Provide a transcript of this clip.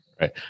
Right